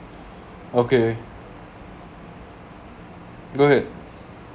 okay good